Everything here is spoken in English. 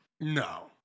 No